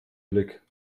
blick